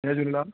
Jay Jhulelal